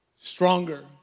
stronger